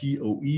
POE